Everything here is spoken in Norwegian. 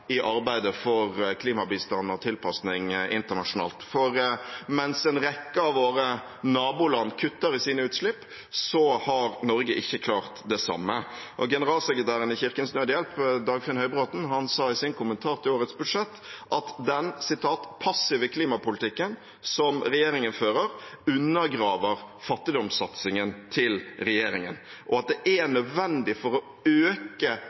i arbeidet for klimabistand og tilpasning internasjonalt. Mens en rekke av våre naboland kutter i sine utslipp, har Norge ikke klart det samme. Generalsekretæren i Kirkens Nødhjelp, Dagfinn Høybråten, sa i sin kommentar til årets budsjett at den «passive klimapolitikken» som regjeringen fører, undergraver fattigdomssatsingen til regjeringen, og at det er nødvendig for å øke